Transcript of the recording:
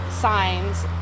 signs